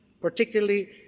particularly